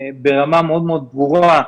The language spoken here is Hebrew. ברמה מאוד מאוד ברורה,